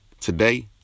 Today